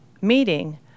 meeting